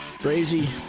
Crazy